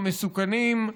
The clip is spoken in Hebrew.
המסוכנים,